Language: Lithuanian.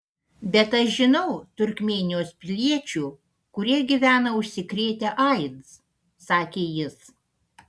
bet aš žinau turkmėnijos piliečių kurie gyvena užsikrėtę aids sakė jis